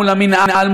מול המינהל,